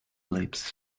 lips